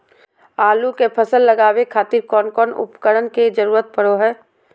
आलू के फसल लगावे खातिर कौन कौन उपकरण के जरूरत पढ़ो हाय?